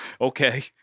Okay